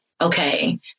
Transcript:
Okay